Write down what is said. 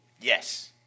Yes